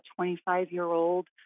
25-year-old